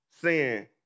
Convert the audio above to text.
sin